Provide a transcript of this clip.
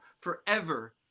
forever